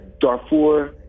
Darfur